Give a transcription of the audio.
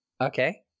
Okay